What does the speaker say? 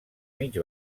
mig